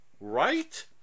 right